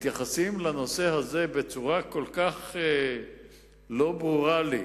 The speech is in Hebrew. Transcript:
מתייחסים לנושא הזה בצורה שכל כך לא ברורה לי,